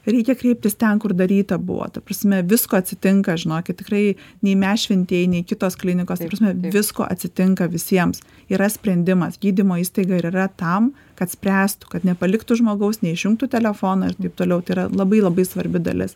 reikia kreiptis ten kur daryta buvo ta prasme visko atsitinka žinokit tikrai nei mes šventieji nei kitos klinikos ta prasme visko atsitinka visiems yra sprendimas gydymo įstaiga ir yra tam kad spręstų kad nepaliktų žmogaus neišjungtų telefono ir taip toliau tai yra labai labai svarbi dalis